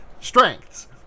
Strengths